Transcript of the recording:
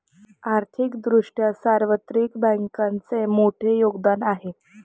आर्थिक दृष्ट्या सार्वत्रिक बँकांचे मोठे योगदान आहे